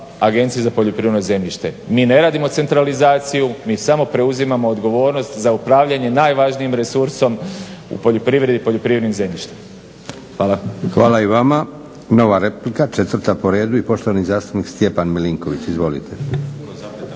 Agencije za poljoprivredno zemljište. Mi ne radimo centralizaciju, mi samo preuzimamo odgovornost za upravljanje najvažnijim resursom u poljoprivredi poljoprivrednim zemljištem. Hvala. **Leko, Josip (SDP)** Hvala i vama. Nova replika 4.po redu i poštovani zastupnik Stjepan Milinković. Izvolite.